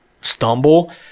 stumble